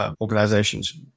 organizations